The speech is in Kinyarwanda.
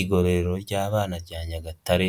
Igororero ry'abana rya Nyagatare